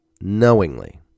knowingly